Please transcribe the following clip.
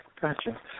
Gotcha